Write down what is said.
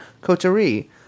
coterie